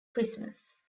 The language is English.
christmas